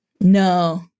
No